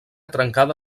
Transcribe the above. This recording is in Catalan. trencada